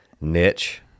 niche